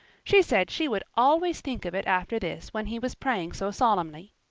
she said she would always think of it after this when he was praying so solemnly.